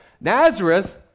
Nazareth